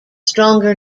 stronger